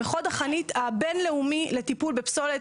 בחוד החנית הבין-לאומי לטיפול בפסולת.